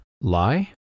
Lie